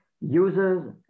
users